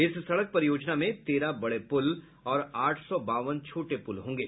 इस सड़क परियोजना में तेरह बड़े पुल और आठ सौ बावन छोटे पुल होंगे